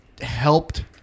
helped